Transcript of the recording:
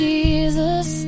Jesus